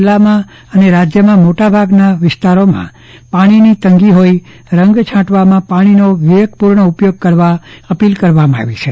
જિલ્લામાં અને રાજ્યના મોટાભાગના વિસ્તારોમાં પાણીની તંગી હોતા રંગ છાંટવામાં વિવેકપૂર્વક ઉપયોગ કરવા અપીલ કરવામાં આવી છે